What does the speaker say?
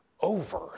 over